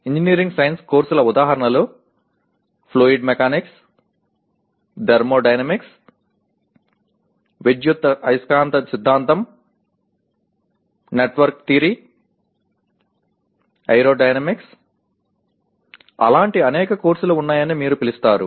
engineering science కోర్సుల ఉదాహరణలు fluid mechanics thermodynamics విద్యుదయస్కాంత సిద్ధాంతం నెట్వర్క్ థియరీ ఏరోడైనమిక్స్ అలాంటి అనేక కోర్సులు ఉన్నాయని మీరు పిలుస్తారు